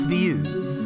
Views